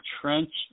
Trench